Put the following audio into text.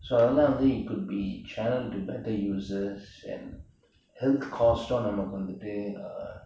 இப்ப அதெல்லா வந்து:ippa athellaa vanthu it could be channelled to better uses and health cost நமக்கு வந்துட்டு:nammakku vanthuttu uh